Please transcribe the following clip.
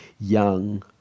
young